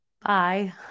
Bye